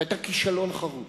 שהיתה כישלון חרוץ,